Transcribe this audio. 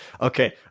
Okay